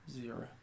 Zero